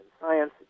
science